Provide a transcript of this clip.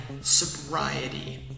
sobriety